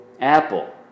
Apple